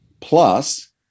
Plus